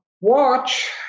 watch